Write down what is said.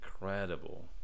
incredible